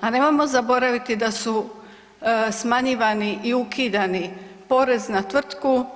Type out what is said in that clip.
A nemojmo zaboraviti da su smanjivani i ukidani porez na tvrtku,